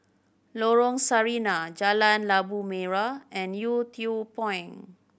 Lorong Sarina Jalan Labu Merah and Yew Tee Point